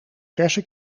verse